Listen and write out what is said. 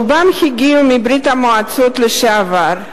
רובם הגיעו מברית-המועצות לשעבר.